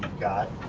got